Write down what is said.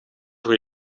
voor